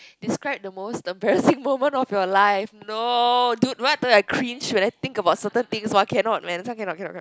describe the most embarrassing moment of your life no dude what the I cringe when I think about certain things !woah! cannot man this one cannot cannot cannot